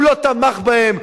הוא לא תמך בהם,